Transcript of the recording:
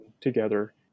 together